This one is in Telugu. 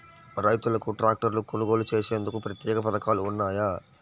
రైతులకు ట్రాక్టర్లు కొనుగోలు చేసేందుకు ప్రత్యేక పథకాలు ఉన్నాయా?